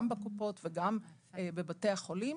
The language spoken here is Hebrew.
גם בקופות וגם בבתי החולים.